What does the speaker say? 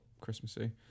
Christmassy